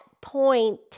point